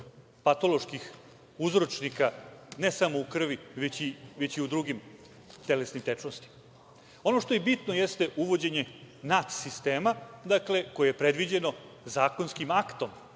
patoloških uzročnika ne samo u krvi, već i u drugim telesnim tečnostima. Ono što je bitno jeste uvođenje nadsistema, koje je predviđeno zakonskim aktom.